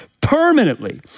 permanently